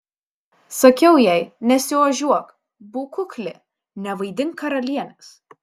sakiau jai nesiožiuok būk kukli nevaidink karalienės